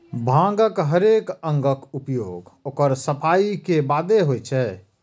भांगक हरेक अंगक उपयोग ओकर सफाइ के बादे होइ छै